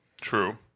True